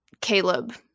caleb